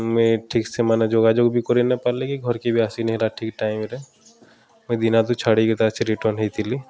ମୁଇଁ ଠିକ୍ ସେ ମାନେ ଯୋଗାଯୋଗ୍ ବି କରିନାଇପାର୍ଲେ କି ଘରକେ ବି ଆସିନିହେଲା ଠିକ୍ ଟାଇମ୍ରେ ମୁଇଁ ଦିନାଦୁ ଛାଡ଼ିକି ତା ପଛେ ରିଟର୍ଣ୍ଣ୍ ହେଇଥିଲି